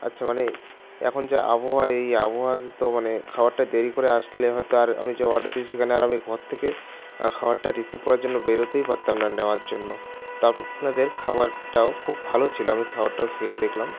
আচ্ছা মানে এখন যে আবহাওয়া এই আবহাওয়াতে তো মানে খাওয়ারটা দেরি করে আসলে হয়তো আর আমি যে অর্ডার দিয়েছি সেখানে আর আমি ঘর থেকে খাওয়ারটা রিসিভ করার জন্য বেরোতেই পারতাম না নেওয়ার জন্য তো আপনাদের খাবারটাও খুব ভালো ছিল আমি খাবারটাও খেয়ে দেখলাম